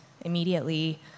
immediately